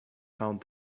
found